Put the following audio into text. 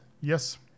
yes